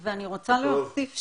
ואני רוצה להוסיף,